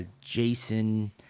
Jason